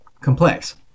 complex